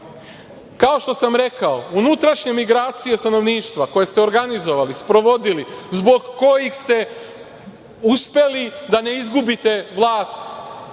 Kao što sam rekao, unutrašnje migracije stanovništva koje ste organizovali, sprovodili, zbog kojih ste uspeli da ne izgubite vlast